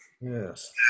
Yes